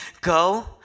go